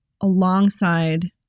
alongside